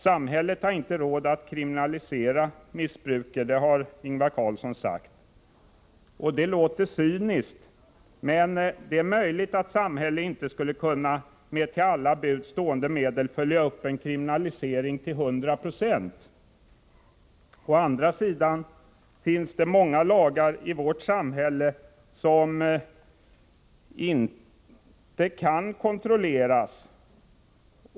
Samhället har inte råd att kriminalisera missbruket — det har Ingvar Carlsson sagt. Det låter cyniskt, men det är möjligt att samhället inte skulle kunna följa upp en kriminalisering till hundra procent med alla till buds stående medel. Å andra sidan finns det många lagar i vårt samhälle som inte kan kontrolleras.